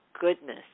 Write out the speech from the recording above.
goodness